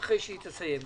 אחרי שקטי שטרית תסיים.